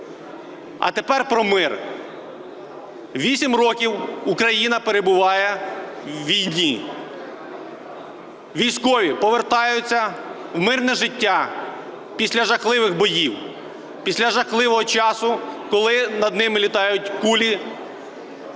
А тепер про мир. Вісім років Україна перебуває в війні. Військові повертаються в мирне життя після жахливих боїв, після жахливого часу, коли над ними літають кулі,